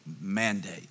mandate